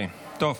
רבותיי,